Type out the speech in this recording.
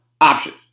options